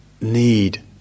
need